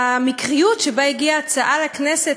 המקריות שבה הגיעה ההצעה לכנסת,